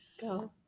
go